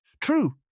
True